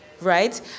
Right